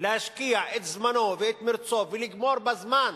להשקיע את זמנו ואת מרצו ולגמור בזמן